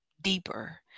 deeper